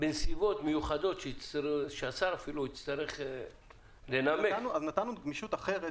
בנסיבות מיוחדות שהשר יצטרך לנמק --- נתנו גמישות אחרת,